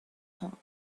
top